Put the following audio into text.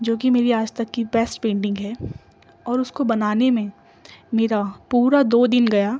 جو کہ میری آج تک کی بیسٹ پینٹنگ ہے اور اس کو بنانے میں میرا پورا دو دن گیا